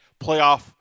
playoff